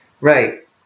Right